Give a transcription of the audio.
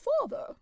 father